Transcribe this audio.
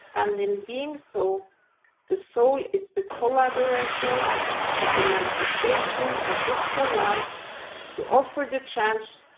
and in being so the soul is the collaborator of the manifestation of physical life to offer the chance,